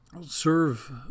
serve